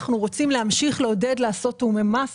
אנחנו רוצים להמשיך לעודד לעשות תיאומי מס